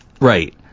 Right